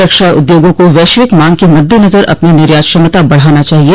रक्षा उद्योगों को वैश्विक मांग के मद्देनजर अपनी निर्यात क्षमता बढ़ाना चाहिए